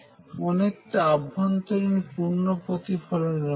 অনেকটা আভন্তরিন পূর্ন প্রতিফলনের মতো